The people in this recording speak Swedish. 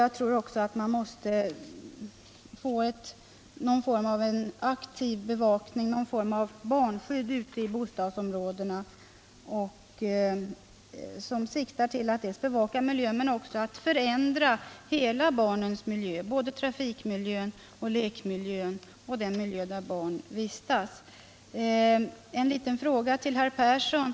Jag tror även att man måste få någon form av en aktiv bevakning och barnskydd i bostadsområdena som siktar till att bevaka miljön men också till att förändra barnens hela miljö — både trafikmiljön, lekmiljön och den miljö där barnen annars vistas. En liten fråga till Arne Persson.